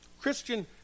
Christian